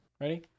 Ready